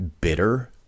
bitter